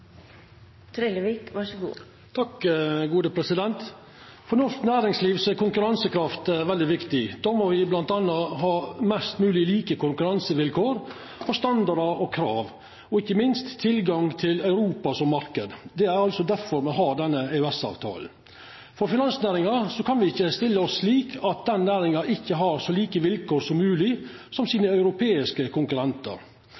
konkurransekraft veldig viktig. Då må me bl.a. ha mest mogleg like konkurransevilkår, standardar og krav og ikkje minst tilgang til Europa som marknad. Det er difor me har EØS-avtalen. For finansnæringa kan me ikkje stilla oss slik at næringa ikkje har så like vilkår som mogleg som